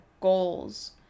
goals